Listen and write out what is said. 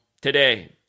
today